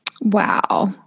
Wow